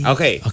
Okay